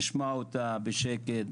נשמע אותה בשקט,